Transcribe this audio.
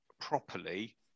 properly